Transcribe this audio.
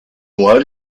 mois